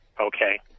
Okay